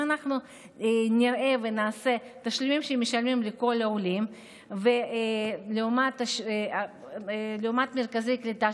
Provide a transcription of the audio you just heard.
אם אנחנו נראה את התשלומים שמשלמים לכל העולים לעומת מרכזי קליטה,